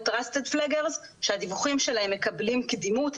Trusted flaggers שהדיווחים שלהם מקבלים קדימות,